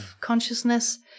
consciousness